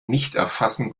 nichterfassen